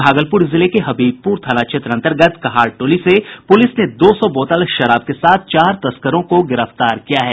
भागलपुर जिले के हबीबपुर थाना क्षेत्र अंतर्गत कहार टोली से पुलिस ने दो सौ बोतल शराब के साथ चार तस्करों को गिरफ्तार किया है